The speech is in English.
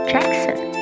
Jackson